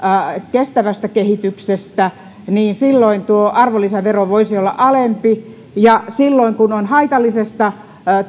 kestävästä kehityksestä silloin tuo arvonlisävero voisi olla alempi ja silloin kun on haitallisesta